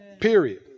Period